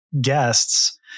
guests